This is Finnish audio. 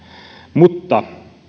mutta